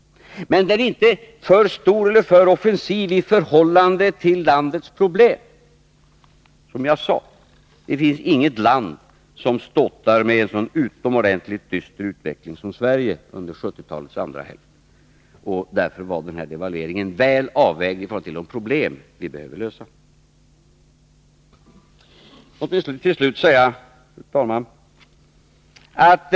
Men den är inte för stor eller för offensiv i förhållande till landets problem. Som jag sagt finns det inget land som ståtar med en så utomordentligt dyster utveckling som Sverige när det gäller 1970-talets andra hälft. Därför var den här devalveringen väl avvägd i förhållande till de problem som vi behöver lösa. Till slut, herr talman!